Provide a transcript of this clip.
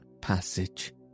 passage